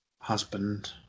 Husband